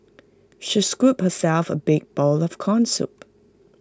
she scooped herself A big bowl of Corn Soup